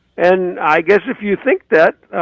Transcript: and i guess if you think that,